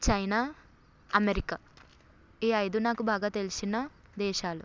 China America ఈ ఐదు నాకు బాగా తెలిసిన దేశాలు